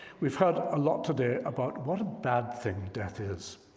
we've heard a lot today about what a bad thing death is.